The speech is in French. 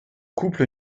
couple